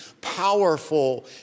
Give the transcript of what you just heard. powerful